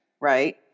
Right